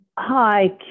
Hi